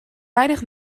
weinig